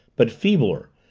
but feebler,